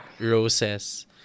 roses